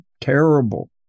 terrible